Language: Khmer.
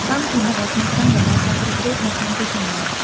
កង់ជាមិត្តដ៏ស្មោះត្រង់របស់សិស្សគ្រប់រូបនៅតាមទីជនបទ។